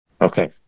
Okay